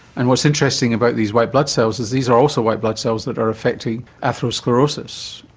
and what's interesting about these white blood cells is these are also white blood cells that are affecting atherosclerosis.